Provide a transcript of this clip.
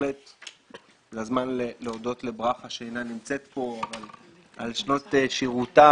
וזה הזמן להודות לברכה שלא נמצאת כאן על שנות שירותה